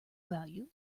value